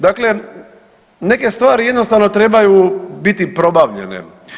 Dakle, neke stvari jednostavno trebaju biti probavljene.